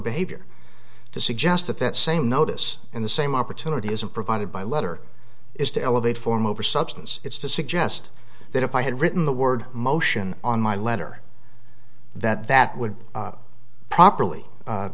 behavior to suggest that that same notice and the same opportunity isn't provided by letter is to elevate form over substance it's to suggest that if i had written the word motion on my letter that that would properly